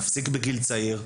נפסיק בגיל צעיר.